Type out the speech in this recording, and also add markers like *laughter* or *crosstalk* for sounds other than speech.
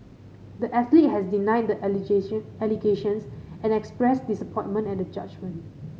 the athlete has denied the *unintelligible* allegations and expressed disappointment at the judgment